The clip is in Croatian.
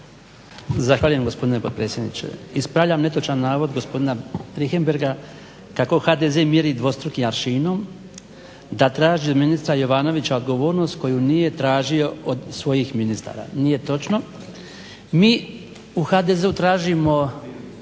Zahvaljujem gospodine potpredsjedniče. Ispravljam netočan navod gospodina Richembergha kako HDZ mjeri dvostrukim aršinom da traži od ministra Jovanovića odgovornost koju nije tražio od svoji ministara. Nije točno. Mi u HDZ-u tražimo